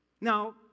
Now